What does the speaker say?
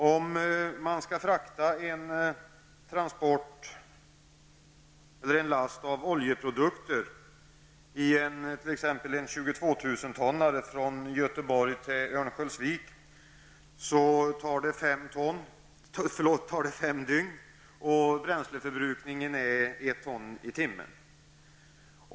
Om man skall frakta en last oljeprodukter i en 22 000-tonnare från Göteborg till Örnsköldsvik tar det fem dygn, och bränsleförbrukningen blir ett ton i timmen.